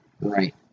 Right